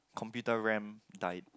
computer ram died